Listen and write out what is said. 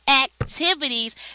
activities